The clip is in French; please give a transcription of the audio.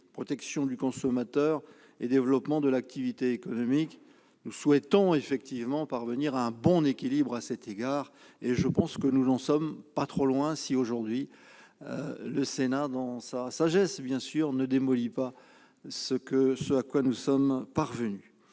protection du consommateur et développement de l'activité économique. Nous souhaitons parvenir à un bon équilibre à cet égard. Selon moi, nous n'en sommes pas si loin, si le Sénat, dans sa sagesse, ne démolit pas ce à quoi nous sommes parvenus.